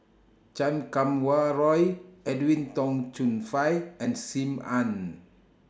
Chan Kum Wah Roy Edwin Tong Chun Fai and SIM Ann